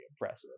impressive